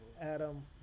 adam